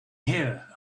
here